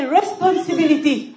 responsibility